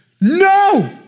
No